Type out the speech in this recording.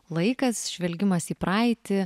laikas žvelgimas į praeitį